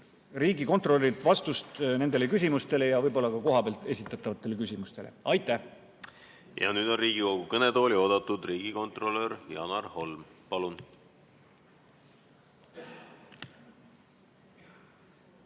riigikontrolörilt vastust nendele küsimustele ja võib-olla ka kohapealt esitatavatele küsimustele. Aitäh! Nüüd on Riigikogu kõnetooli oodatud riigikontrolör Janar Holm. Palun!